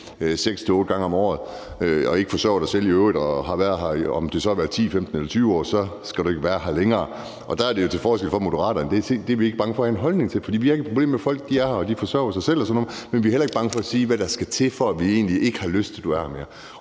badeferie 6-8 gange om året og i øvrigt ikke forsørger dig selv – selv om du så har været her i 10, 15 eller 20 år – så skal du ikke være her længere. Det er vi jo til forskel fra Moderaterne ikke bange for at have en holdning til. Vi har ikke problemer med, at folk er her og forsørger sig selv og sådan noget, men vi er heller ikke bange for at sige, hvad der skal til, for at vi egentlig ikke har lyst til, at de er her mere.